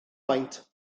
beint